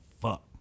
fuck